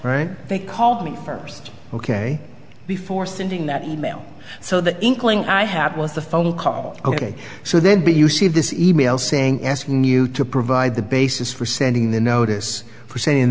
right they called me first ok before sending that e mail so that inkling i have was the phone call ok so then b you see this email saying asking you to provide the basis for sending the notice for say in